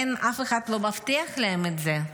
אף אחד לא מבטיח להם את זה.